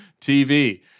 TV